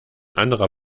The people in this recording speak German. anderer